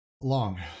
Long